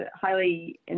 highly